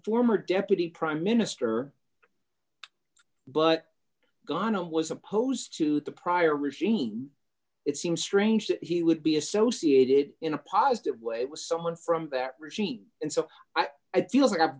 former deputy prime minister but gonna was opposed to the prior regime it seems strange that he would be associated in a positive way it was someone from that regime and so i feel like i've